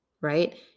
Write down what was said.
right